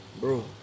Bro